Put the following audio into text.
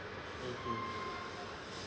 mmhmm